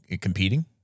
competing